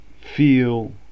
feel